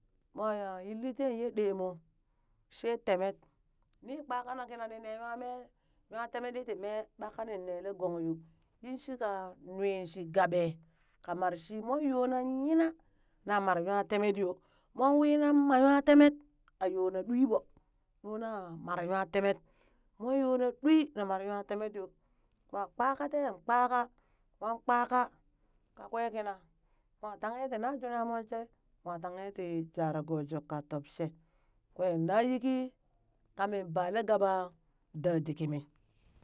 Mwa ya yilli teen ye ɗee mo, she temet ni kpaka na kina ni ne nwa mee nwa temetdi ti mee ɓa kanin nele gong yo, yin shika nui shi gaɓe ka marshi mon yonan yina na mar nwa temet yo, mon wii nan ma nwa temet a yo na ɗwi ɓo nuna mar nwa temet, mon yona ɗwi na mar nwa temet yo, mwa kpaka teen kpaka, mon kpaka kakwe kina mwa tanghe ti najuna mon she, mwa tanghe ti jara go juk ka tob she, kwen na yiki ka mi bale gaɓe da dit kimi.